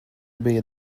bija